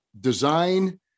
design